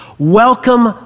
welcome